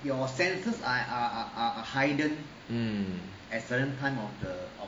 mm